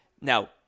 Now